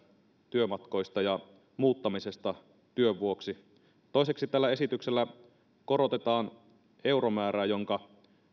työmatkoista ja muuttamisesta työn vuoksi toiseksi tällä esityksellä korotetaan euromäärää jonka